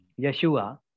Yeshua